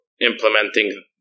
implementing